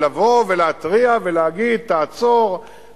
לבוא ולהתריע ולהגיד: תעצור,